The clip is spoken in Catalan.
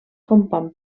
compon